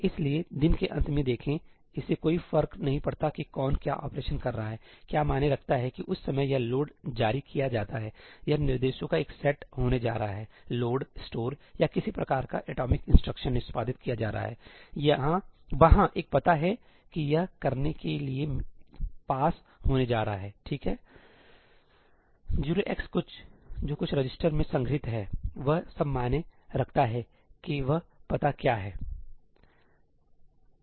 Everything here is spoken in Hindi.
इसलिए दिन के अंत में देखें इससे कोई फर्क नहीं पड़ता कि कौन क्या ऑपरेशन कर रहा हैक्या मायने रखता है कि उस समय यह लोड जारी किया जाता है यह निर्देशों का एक सेट होने जा रहा है लोड स्टोर या किसी प्रकार का एटॉमिक इंस्ट्रक्शन निष्पादित किया जा रहा है वहाँ एक पता है कि यह करने के लिए पास होने जा रहा है ठीक है 0x कुछ जो कुछ रजिस्टर में संग्रहीत है ठीकवह सब मायने रखता है की वह पता क्या है